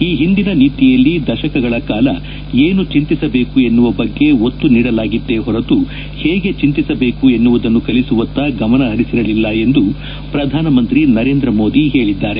ಈ ಹಿಂದಿನ ನೀತಿಯಲ್ಲಿ ದಶಕಗಳ ಕಾಲ ಏನು ಚಿಂತಿಸಬೇಕು ಎನ್ನುವ ಬಗ್ಗೆ ಒತ್ತು ನೀಡಲಾಗಿತ್ತೇ ಹೊರತು ಹೇಗೆ ಚಿಂತಿಸಬೇಕು ಎನ್ನುವುದನ್ನು ಕಲಿಸುವತ್ತ ಗಮನಹರಿಸಿರಲಿಲ್ಲ ಎಂದು ಪ್ರಧಾನಮಂತ್ರಿ ನರೇಂದ್ರ ಮೋದಿ ಹೇಳದ್ದಾರೆ